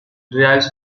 derives